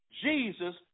Jesus